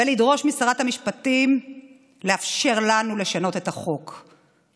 ולדרוש משרת המשפטים לאפשר לנו לשנות את החוק.